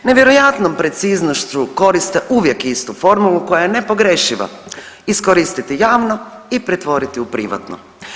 Nevjerojatnom preciznošću koriste uvijek istu formulu koja je nepogrešiva, iskoristiti javno i pretvoriti u privatno.